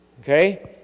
Okay